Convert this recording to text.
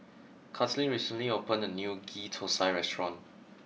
Kathleen recently opened a new Ghee Thosai restaurant